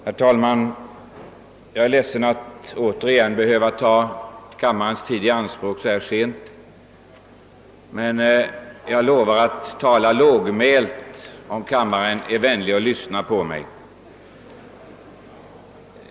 Herr talman! Jag är ledsen att återigen och så sent på kvällen behöva ta kammarens tid i anspråk. Men jag l1ovar att tala lågmält om kammarens ledamöter är vänliga att lyssna på mig.